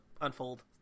unfold